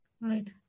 right